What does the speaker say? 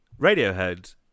Radiohead